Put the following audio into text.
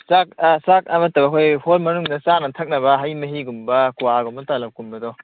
ꯆꯥꯛ ꯑꯥ ꯆꯥꯛ ꯑꯃ ꯇꯧꯕꯩ ꯍꯣꯜ ꯃꯅꯨꯡꯗ ꯆꯥꯅ ꯊꯛꯅꯕ ꯍꯩ ꯃꯍꯤꯒꯨꯝꯕ ꯀ꯭ꯋꯥꯒꯨꯝꯕ ꯇꯂꯞꯀꯨꯝꯕꯗꯣ